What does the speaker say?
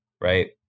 Right